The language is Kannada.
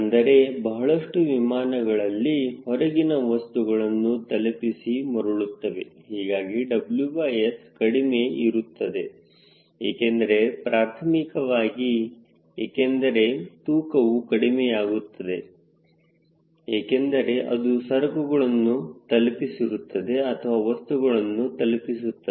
ಅಂದರೆ ಬಹಳಷ್ಟು ವಿಮಾನಗಳಲ್ಲಿ ಹೊರಗಿನ ವಸ್ತುಗಳನ್ನು ತಲುಪಿಸಿ ಮರಳುತ್ತವೆ ಹೀಗಾಗಿ WS ಕಡಿಮೆ ಇರುತ್ತದೆ ಏಕೆಂದರೆ ಪ್ರಾರ್ಥಮಿಕ ವಾಗಿ ಏಕೆಂದರೆ ತೂಕವು ಕಡಿಮೆಯಾಗುತ್ತದೆ ಏಕೆಂದರೆ ಅದು ಸರಕುಗಳನ್ನು ತಲುಪಿಸಿರುತ್ತದೆ ಅಥವಾ ವಸ್ತುಗಳನ್ನು ತಲುಪಿಸುತ್ತದೆ